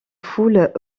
foule